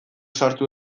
sartu